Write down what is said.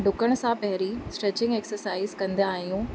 डुकण सां पहिरीं स्ट्रेचिंग एक्सरसाईज़ कंदा आहियूं